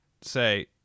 say